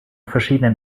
verschiedenen